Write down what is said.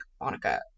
Monica